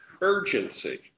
urgency